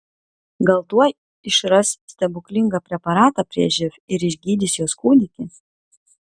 gal tuoj išras stebuklingą preparatą prieš živ ir išgydys jos kūdikį